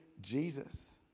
Jesus